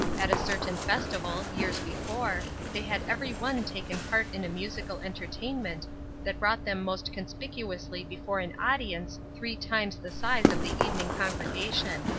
at a certain festival, years before, they had every one taken part in a musical entertainment that brought them most conspicuously before an audience three times the size of the evening congregation.